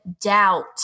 doubt